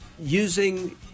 using